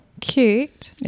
Cute